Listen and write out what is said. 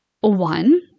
one